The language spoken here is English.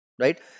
Right